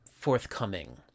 forthcoming